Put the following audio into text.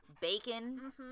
bacon